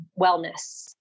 wellness